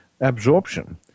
absorption